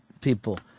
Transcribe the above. people